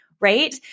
right